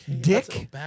Dick